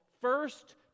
first